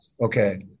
Okay